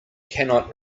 cannot